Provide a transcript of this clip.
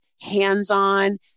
hands-on